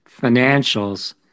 financials